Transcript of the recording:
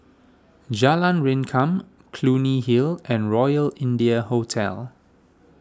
Jalan Rengkam Clunny Hill and Royal India Hotel